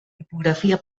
topografia